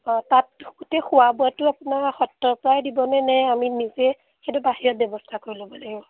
অঁ তাত গোটেই খোৱা বোৱাটো আপোনাৰ সত্ৰৰপৰাই দিবনে নে আমি নিজে সেইটো বাহিৰত ব্যৱস্থা কৰি ল'ব লাগিব